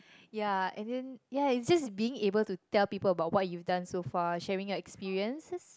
yeah and then yeah it's just being able to tell people what you have done so far sharing your experience